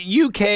UK